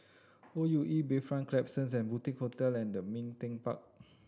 O U E Bayfront Klapsons The Boutique Hotel and Ming Teck Park